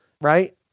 right